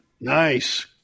Nice